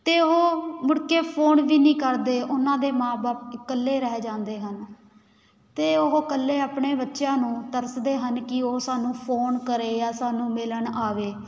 ਅਤੇ ਉਹ ਮੁੜ ਕੇ ਫੋਨ ਵੀ ਨਹੀਂ ਕਰਦੇ ਉਹਨਾਂ ਦੇ ਮਾਂ ਬਾਪ ਇਕੱਲੇ ਰਹਿ ਜਾਂਦੇ ਹਨ ਅਤੇ ਉਹ ਇਕੱਲੇ ਆਪਣੇ ਬੱਚਿਆਂ ਨੂੰ ਤਰਸਦੇ ਹਨ ਕਿ ਉਹ ਸਾਨੂੰ ਫੋਨ ਕਰੇ ਜਾਂ ਸਾਨੂੰ ਮਿਲਣ ਆਵੇ